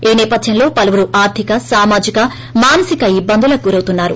ఈ నేపథ్యంలో పలువురు ఆర్దిక సామాజిక మానసిక ఇబ్బందులకు గురవుతున్నారు